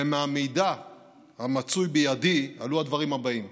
ומהמידע המצוי בידי עלו הדברים הבאים: